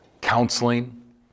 counseling